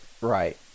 Right